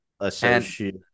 Associate